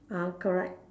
ah correct